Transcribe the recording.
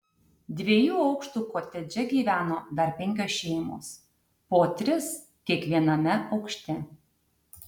dviejų aukštų kotedže gyveno dar penkios šeimos po tris kiekviename aukšte